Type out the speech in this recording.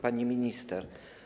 Pani Minister!